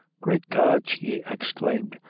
great god! she exclaimed,